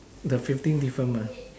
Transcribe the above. the fifteen different mah